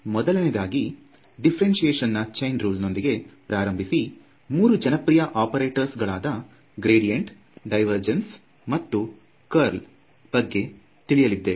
ಮೊದಲನೆಯದಾಗಿ ಡಿಫ್ಫರೆನ್ಸಿಯೇಷನ್ ನಾ chain rule ನೊಂದಿಗೆ ಪ್ರಾರಂಭಿಸಿ ಮೂರು ಜನಪ್ರಿಯ ಒಪೆರೇಟಾರ್ಸ್ಗ್ ಗಳಾದ ಗ್ರೇಡಿಯಂಟ್ ದೈವೇರ್ಜನ್ಸ್ ಮತ್ತು ಕರ್ಲ್ ಬಗ್ಗೆ ತಿಳಿಯಲಿದ್ದೇವೆ